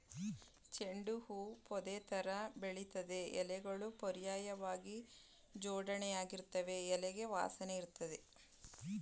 ಚೆಂಡು ಹೂ ಪೊದೆತರ ಬೆಳಿತದೆ ಎಲೆಗಳು ಪರ್ಯಾಯ್ವಾಗಿ ಜೋಡಣೆಯಾಗಿರ್ತವೆ ಎಲೆಗೆ ವಾಸನೆಯಿರ್ತದೆ